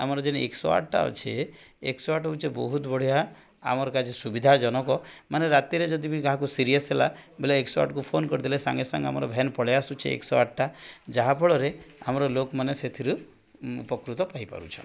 ଆମର ଯେଉଁ ଏକଶହ ଆଠଟା ଅଛି ଏକ ଶହ ଆଠ ହେଉଛି ବହୁତ ବଢ଼ିଆ ଆମର ପାଇଁ ସୁବିଧା ଜନକ ମାନେ ରାତିରେ ଯଦି ବି କାହାକୁ ସିରିୟସ୍ ହେଲା ବେଳେ ଏକ ଶହ ଆଠକୁ ଫୋନ୍ କରିଦେଲେ ସାଙ୍ଗେ ସାଙ୍ଗେ ଆମର ଭ୍ୟାନ୍ ପଳେଇ ଆସୁଛି ଏକଶହ ଆଠଟା ଯାହାଫଳରେ ଆମର ଲୋକମାନେ ସେଥିରୁ ଉପକୃତ ପାଇପାରୁଛନ୍ତି